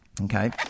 Okay